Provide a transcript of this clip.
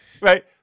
right